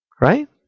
Right